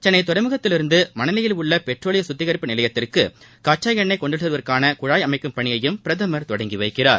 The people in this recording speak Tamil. சென்னை துறைமுகத்திலிருந்து மணலியில் உள்ள பெட்ரோலிய கத்திகரிப்பு நிலையத்திற்கு கச்சா எண்ணெய் கொண்டு செல்வதற்கான குழாய் அமைக்கும் பணியையும் பிரதமர் தொடங்கி வைக்கிறார்